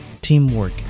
teamwork